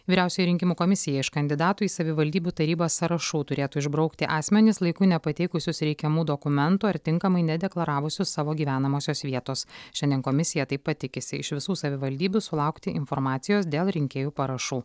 vyriausioji rinkimų komisija iš kandidatų į savivaldybių tarybas sąrašų turėtų išbraukti asmenis laiku nepateikusius reikiamų dokumentų ar tinkamai nedeklaravusių savo gyvenamosios vietos šiandien komisija taip pat tikisi iš visų savivaldybių sulaukti informacijos dėl rinkėjų parašų